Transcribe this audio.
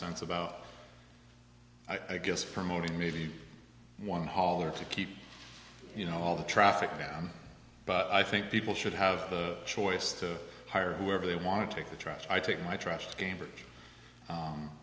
sense about i guess from owning maybe one hall or to keep you know all the traffic down but i think people should have the choice to hire whoever they want to take the trash i take my